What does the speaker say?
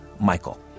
Michael